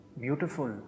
beautiful